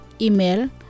Email